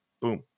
boom